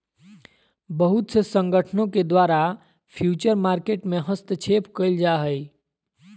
बहुत से संगठनों के द्वारा फ्यूचर मार्केट में हस्तक्षेप क़इल जा हइ